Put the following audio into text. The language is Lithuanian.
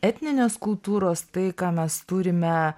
etninės kultūros tai ką mes turime